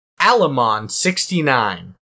Alamon69